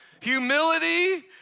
Humility